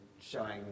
showing